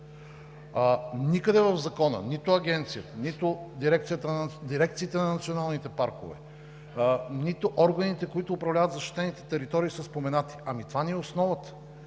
Никъде в Закона нито Агенцията, нито дирекциите на националните паркове, нито органите, които управляват защитените територии, са споменати. Ами това ни е основата,